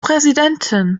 präsidentin